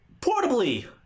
portably